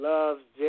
Love's